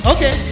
Okay